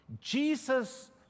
Jesus